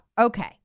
Okay